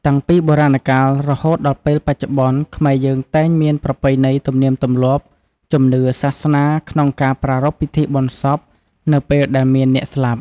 តាំងពីបុរាណកាលរហូតដល់ពេលចុប្បន្ន ខ្មែរយើងតែងមានប្រពៃណីទំនៀមទំលាប់ ជំនឿ សាសនា ក្នុងការប្រារព្ធពិធីបុណ្យសពនៅពេលដែលមានអ្នកស្លាប់។